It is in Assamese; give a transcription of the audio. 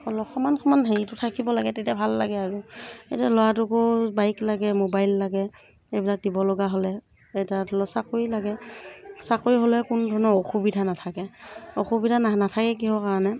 অলপ সমান সমান হেৰিটো থাকিব লাগে তেতিয়া ভাল লাগে আৰু এতিয়া ল'ৰাটোকো বাইক লাগে মোবাইল লাগে এইবিলাক দিব লগা হ'লে এটা ধৰি লওক চাকৰি লাগে চাকৰি হ'লে কোনো ধৰণৰ অসুবিধা নাথাকে অসুবিধা নাথাকে কিহৰ কাৰণে